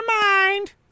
mind